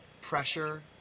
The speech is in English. pressure